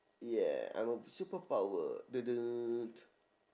yeah I'm a superpower